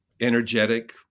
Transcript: energetic